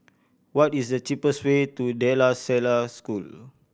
what is the cheapest way to De La Salle School